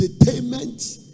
Entertainment